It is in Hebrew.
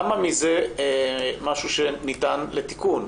כמה מזה משהו שניתן לתיקון?